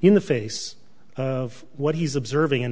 in the face of what he's observing and